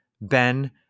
Ben